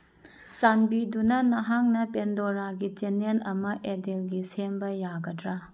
ꯆꯥꯟꯕꯤꯗꯨꯅ ꯅꯍꯥꯛꯅ ꯄꯦꯟꯗꯣꯔꯥꯒꯤ ꯆꯦꯅꯦꯜ ꯑꯃ ꯑꯦꯗꯦꯜꯒꯤ ꯁꯦꯝꯕ ꯌꯥꯒꯗ꯭ꯔ